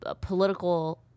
political